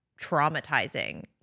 traumatizing